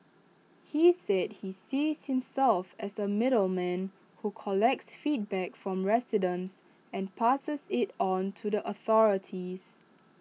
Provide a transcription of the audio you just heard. he said he sees himself as A middleman who collects feedback from residents and passes IT on to the authorities